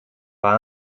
pas